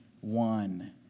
one